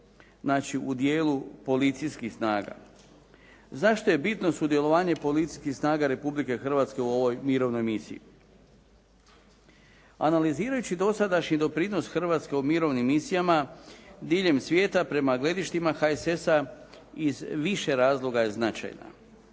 znači u dijelu policijskih snaga. Zašto je bitno sudjelovanje policijskih snaga Republike Hrvatske u ovoj mirovnoj misiji? Analizirajući dosadašnji doprinos Hrvatske u mirovnim misijama diljem svijeta prema gledištima HSS-a iz više razloga je značajna.